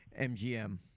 MGM